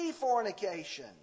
fornication